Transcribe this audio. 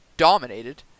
dominated